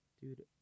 dude